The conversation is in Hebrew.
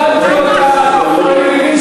אנחנו מוחים,